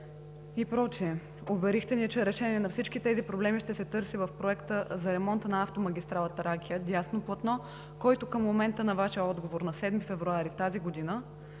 и прочие. Уверихте ни, че решение на всички тези проблеми ще се търси в Проекта за ремонта на автомагистрала „Тракия“ – дясно платно, който към момента на Вашия отговор на 7 февруари тази година